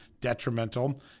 detrimental